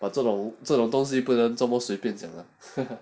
but 这种这种东西不能这么随便了